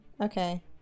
Okay